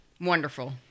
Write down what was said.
Wonderful